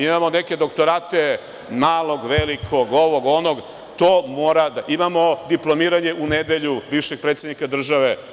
Imamo doktorate, malog, velikog, ovog, onog, imamo diplomiranje u nedelju bivšeg predsednika države.